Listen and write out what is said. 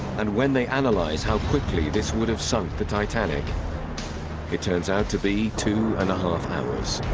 and when they analyzed how quickly this would have sunk the titanic it turns out to be two and a half hours.